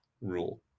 rule